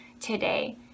today